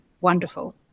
wonderful